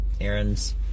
errands